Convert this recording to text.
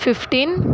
fifteen